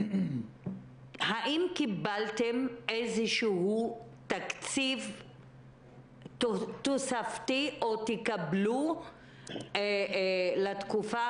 האם קיבלתם איזשהו תקציב תוספתי או שתקבלו לתקופה